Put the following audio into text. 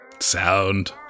Sound